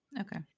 Okay